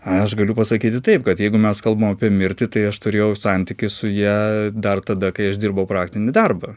aš galiu pasakyti taip kad jeigu mes kalbam apie mirtį tai aš turėjau santykį su ja dar tada kai aš dirbau praktinį darbą